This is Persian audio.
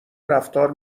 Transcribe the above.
رفتار